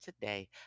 today